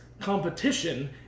competition